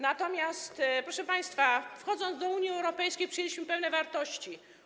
Natomiast, proszę państwa, wchodząc do Unii Europejskiej, przyjęliśmy pewne wartości.